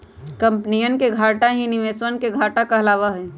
कम्पनीया के घाटा ही निवेशवन के घाटा कहलावा हई